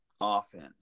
offense